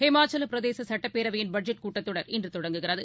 ஹிமாச்சலபிரதேசசுட்டப்பேரவையின் budget கூட்டத்தொடர் இன்றுதொடங்குகிறது